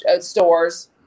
stores